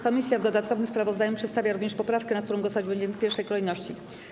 Komisja w dodatkowym sprawozdaniu przedstawia również poprawkę, nad którą głosować będziemy w pierwszej kolejności.